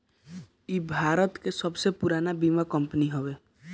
इ भारत के सबसे पुरान बीमा कंपनी हवे